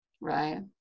right